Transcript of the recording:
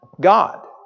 God